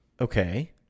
Okay